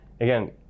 again